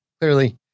clearly